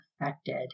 affected